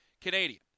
Canadian